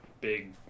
big